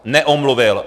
Neomluvil.